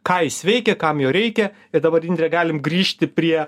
ką jis veikia kam jo reikia ir dabar indre galim grįžti prie